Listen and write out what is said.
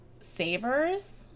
savers